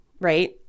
right